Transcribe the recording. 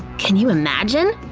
can you imagine?